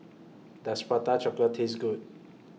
Does Prata Chocolate Taste Good